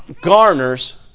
garners